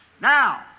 Now